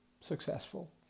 successful